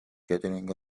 gathering